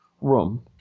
room